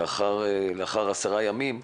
לאחר 10 ימים,